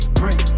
bring